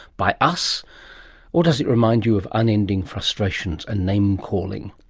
by us or does it remind you of unending frustrations and name calling?